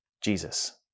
Jesus